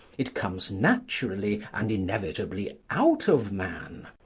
it comes naturally and inevitably out of man.